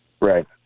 Right